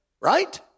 right